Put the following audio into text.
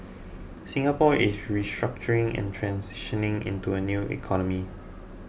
Singapore is restructuring and transitioning into a new economy